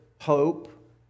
hope